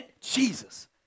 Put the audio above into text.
Jesus